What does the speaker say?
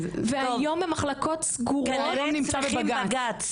והיום במחלקות סגורות --- כנראה צריכים בג"צ.